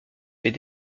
fait